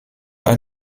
ein